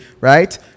Right